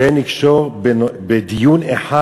ואין לקשור בדיון אחד